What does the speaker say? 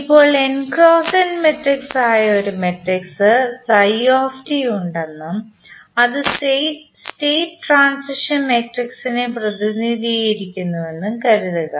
ഇപ്പോൾ n × n matrix ആയ ഒരു മാട്രിക്സ് ഉണ്ടെന്നും അത് സ്റ്റേറ്റ് ട്രാൻസിഷൻ മാട്രിക്സിനെ പ്രതിനിധീകരിക്കുന്നുവെന്നും കരുതുക